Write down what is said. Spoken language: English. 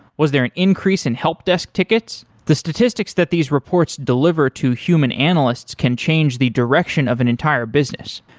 was there an increase in help desk tickets? the statistics that these reports deliver to human analysts can change the direction of an entire business.